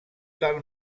dal